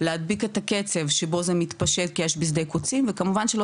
להדביק את הקצב שבו זה מתפשט כאש בשדה קוצים וכמובן,